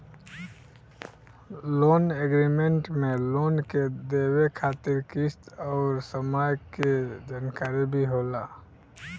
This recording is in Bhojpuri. लोन एग्रीमेंट में लोन के देवे खातिर किस्त अउर समय के जानकारी भी होला